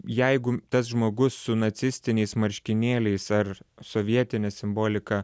jeigu tas žmogus su nacistiniais marškinėliais ar sovietine simbolika